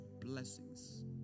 blessings